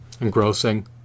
engrossing